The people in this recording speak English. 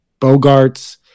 Bogarts